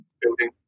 building